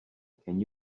can